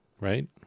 Right